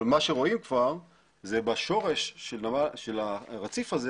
אבל מה שרואים כבר זה בשורש של הרציף הזה,